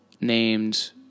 named